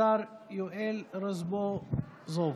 השר יואל רזבוזוב.